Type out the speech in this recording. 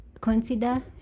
Consider